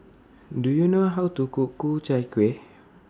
Do YOU know How to Cook Ku Chai Kueh